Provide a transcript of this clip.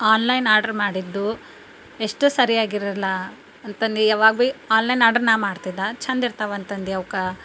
online order ಮಾಡಿದ್ದು ಎಷ್ಟು ಸರಿಯಾಗಿರೋಲ್ಲ ಅಂತಂದು ಯಾವಾಗ ಭೀ ಆನ್ಲೈನ್ ಆರ್ಡ್ರ್ ನಾ ಮಾಡ್ತಿದ್ದೆ ಚೆಂದ ಇರ್ತಾವೆ ಅಂತಂದು ಅವ್ಕ